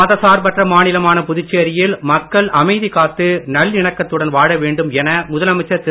மதசார்பற்ற மாநிலமான புதுச்சேரியில் மக்கள் அமைதி காத்து நல்லிணக்கத்துடன் வாழ வேண்டும் என முதலமைச்சர் திரு